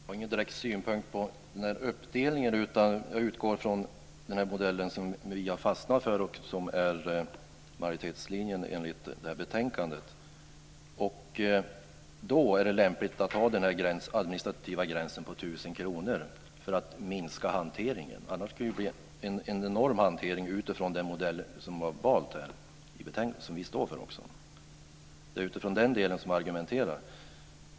Fru talman! Jag har ingen direkt synpunkt på uppdelningen. Jag utgår från den modell vi har fastnat för och som är majoritetslinjen enligt betänkandet. Då är det lämpligt att ha den administrativa gränsen på 1 000 kr för att minska hanteringen. Annars kan det bli en enorm hantering utifrån den modell som var vald i betänkandet och som vi står för. Det är utifrån den delen jag argumenterar.